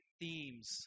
themes